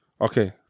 okay